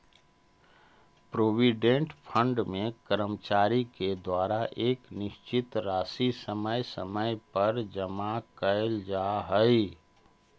provident fund में कर्मचारि के द्वारा एक निश्चित राशि समय समय पर जमा कैल जा हई